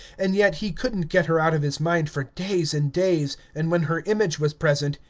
and yet he could n't get her out of his mind for days and days, and when her image was present,